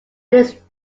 least